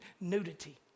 nudity